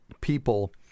people